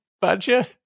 Badger